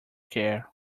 care